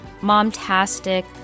Momtastic